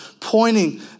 pointing